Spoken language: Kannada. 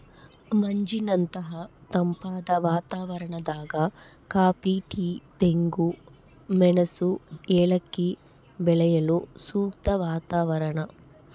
ಮಂಜಿನಂತಹ ತಂಪಾದ ವಾತಾವರಣದಾಗ ಕಾಫಿ ಟೀ ತೆಂಗು ಮೆಣಸು ಏಲಕ್ಕಿ ಬೆಳೆಯಲು ಸೂಕ್ತ ವಾತಾವರಣ